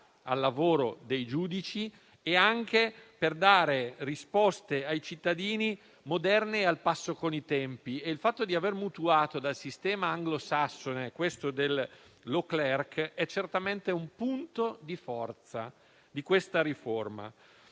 al lavoro dei giudici e anche per dare risposte ai cittadini moderne e al passo con i tempi. Il fatto di aver mutuato dal sistema anglosassone la figura del *law clerk* è certamente un punto di forza di questa riforma.